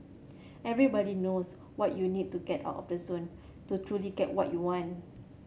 everybody knows what you need to get out of the zone to truly get what you want